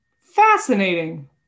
fascinating